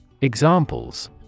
Examples